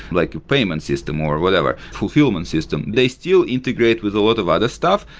like a payment system or whatever, fulfillment system. they still integrate with a lot of other stuff.